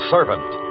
Servant